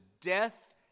death